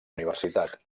universitat